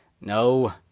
No